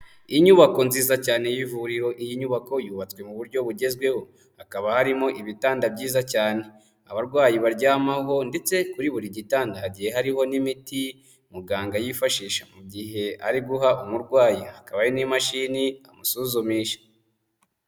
Inyubako nziza cyane y'ivuriro, iyi nyubako yubatswe mu buryo bugezweho, hakaba harimo ibitanda byiza cyane abarwayi baryamaho ndetse kuri buri gitanda, hagiye hariho n'imiti muganga yifashisha mu gihe ari guha umurwayi, hakaba hari n'imashini amasuzusha.